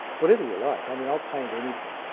whatever you like, i mean i'll paint anything.